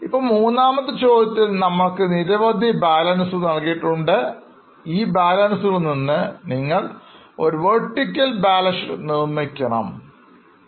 ഇപ്പോൾ മൂന്നാമത്തെ ചോദ്യത്തിൽ നമ്മൾക്ക് നിരവധി ബാലൻ സുകൾ നൽകിയിട്ടുണ്ട് ഈ ബാലൻസ്കളിൽ നിന്ന് നിങ്ങൾ ഒരു vertical ബാലൻസ് ഷീറ്റ് നിർമ്മിക്കേണ്ടതുണ്ട്